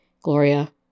Gloria